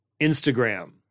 Instagram